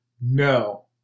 No